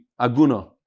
aguna